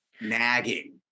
nagging